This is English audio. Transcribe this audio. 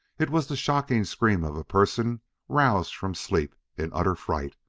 it was the shocking scream of a person roused from sleep in utter fright,